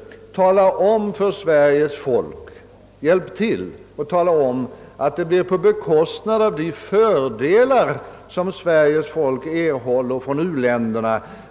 Hjälp till att tala om för Sveriges folk att hjälpen sker på bekostnad av de fördelar som Sveriges folk erhåller